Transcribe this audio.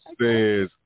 says